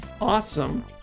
Awesome